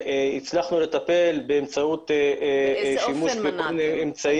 הצלחנו לטפל באמצעות שימוש בכל מיני אמצעים